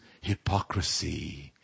hypocrisy